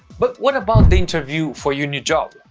but what about the interview for your new job?